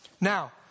Now